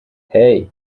hey